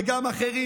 וגם אחרים,